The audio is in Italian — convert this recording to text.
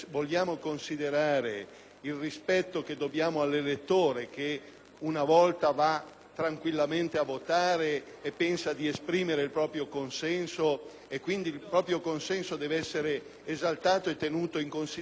tranquillamente a votare e pensa di esprimere il proprio consenso e quindi il suo consenso deve essere esaltato e tenuto in considerazione, credo che affrontare il tema dell'eliminazione del ballottaggio